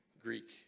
Greek